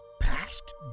past